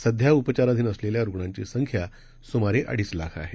सध्या उपचाराधीन असलेल्या रुग्णांची संख्या सुमारे अडीच लाख आहे